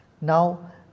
Now